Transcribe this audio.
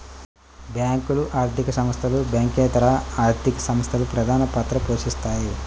బ్యేంకులు, ఆర్థిక సంస్థలు, బ్యాంకింగేతర ఆర్థిక సంస్థలు ప్రధానపాత్ర పోషిత్తాయి